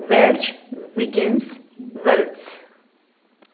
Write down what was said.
Welch Wiggins Wales